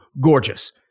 gorgeous